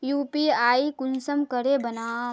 UPI कुंसम करे बनाम?